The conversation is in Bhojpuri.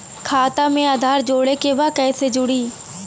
खाता में आधार जोड़े के बा कैसे जुड़ी?